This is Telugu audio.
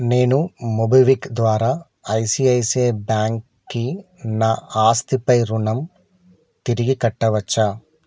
నేను మోబిక్విక్ ద్వారా ఐసిఐసిఐ బ్యాంక్కి నా ఆస్తిపై రుణం తిరిగి కట్టవచ్చా